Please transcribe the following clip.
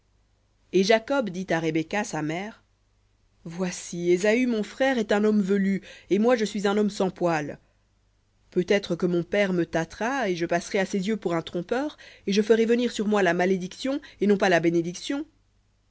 et jacob dit à rebecca sa mère voici ésaü mon frère est un homme velu et moi je suis un homme sans poil peut-être que mon père me tâtera et je passerai à ses yeux pour un trompeur et je ferai venir sur moi la malédiction et non pas la bénédiction